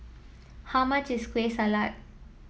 how much is Kueh Salat